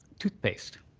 toothpaste